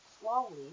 Slowly